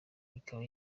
ikaba